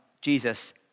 Jesus